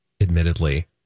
Admittedly